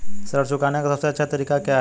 ऋण चुकाने का सबसे अच्छा तरीका क्या है?